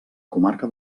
comarca